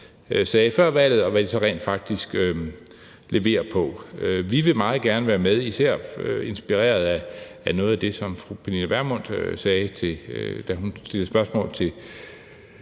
sagde før valget, og hvad de så rent faktisk leverer på. Vi vil meget gerne være med – især inspireret af noget af det, som fru Pernille Vermund sagde, da hun stillede spørgsmål til